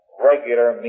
regular